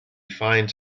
finds